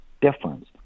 difference